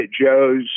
Joe's